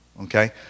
okay